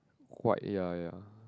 white ya ya